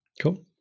Cool